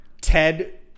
Ted